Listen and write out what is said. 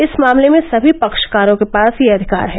इस मामले में सभी पक्षकारों के पास यह अधिकार है